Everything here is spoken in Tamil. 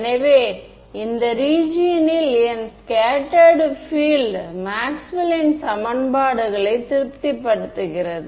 எனவே இந்த ரீஜியன் ல் என் ஸ்கேட்டர்டு பீல்ட் மேக்ஸ்வெல்லின் சமன்பாடுகளை திருப்திப்படுத்துகிறது